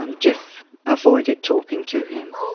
um geoff avoided talking to him.